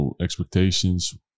Expectations